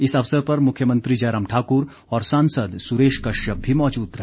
इस अवसर पर मुख्यमंत्री जयराम ठाकुर और सांसद सुरेश कश्यप भी मौजूद रहे